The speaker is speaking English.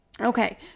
Okay